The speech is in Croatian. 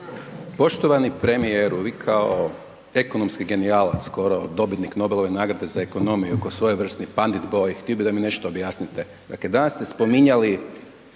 Poštovani premijeru. Vi kao ekonomski genijalac skoro dobitnik Nobelove nagrade za ekonomiju, ko svojevrsni Pandit boy htio bih da mi nešto objasnite. Dakle danas ste spominjali